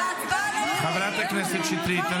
--- חברת הכנסת שטרית, אני